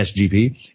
SGP